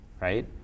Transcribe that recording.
right